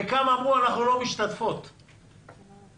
בצורה כזאת אנחנו מתמרצים אותם לעבוד